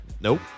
Nope